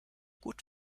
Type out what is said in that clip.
gut